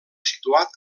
situat